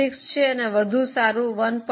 6 છે અને વધુ સારું 1